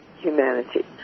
humanity